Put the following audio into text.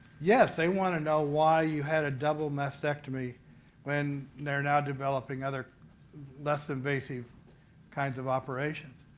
yes, they want to know why you had a double mastectomy when they're now developing other less invasive kinds of operations.